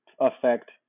affect